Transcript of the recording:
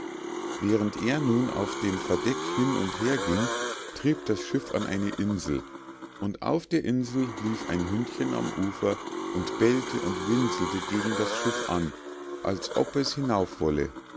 während er nun auf dem verdeck hin und herging trieb das schiff an eine insel und auf der insel lief ein hündchen am ufer und bellte und winselte gegen das schiff an als ob es hinauf wolle